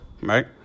right